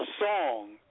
song